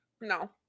No